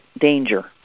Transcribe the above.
danger